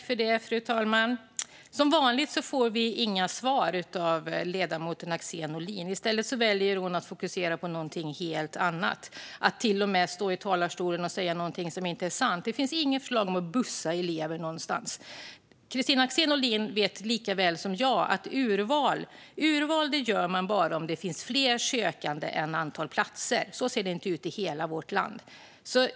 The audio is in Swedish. Fru talman! Som vanligt får vi inga svar från ledamoten Axén Olin. I stället väljer hon att fokusera på någonting helt annat och står till och med i talarstolen och säger någonting som inte är sant. Det finns inget förslag om att bussa elever någonstans. Kristina Axén Olin vet lika väl som jag att urval gör man bara om det finns fler sökande än det finns platser. Så ser det inte ut i hela vårt land.